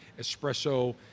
espresso